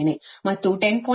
72 degree ಅದು 4